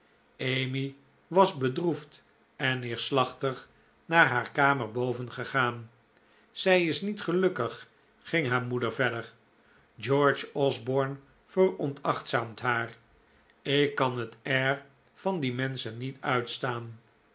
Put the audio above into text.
emmy was bedroefd en neerslachtig naar haar kamer boven gegaan zij is niet gelukkig ging haar moeder verder george osborne veronachtzaamt haar ik kan het air van die menschen niet uitstaan